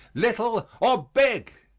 little or big.